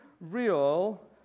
real